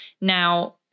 Now